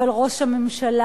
אבל ראש הממשלה,